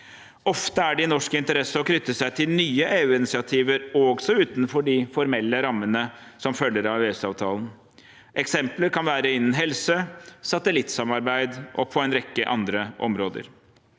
Ofte er det i norsk interesse å knytte seg til nye EUinitiativer også utenfor de formelle rammene som følger av EØS-avtalen. Eksempler kan være innen helse, satellittsamarbeid og en rekke andre områder.